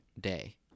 day